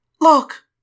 Look